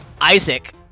Isaac